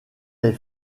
les